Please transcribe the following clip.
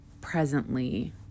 presently